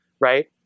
right